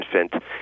infant